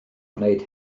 gwneud